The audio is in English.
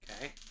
Okay